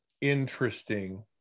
interesting